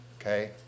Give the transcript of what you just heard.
okay